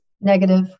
negative